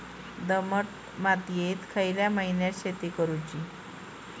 दमट मातयेत खयल्या महिन्यात शेती करुची?